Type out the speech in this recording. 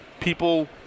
People